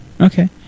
Okay